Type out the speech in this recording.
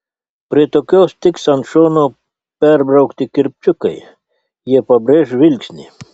prie tokios tiks ant šono perbraukti kirpčiukai jie pabrėš žvilgsnį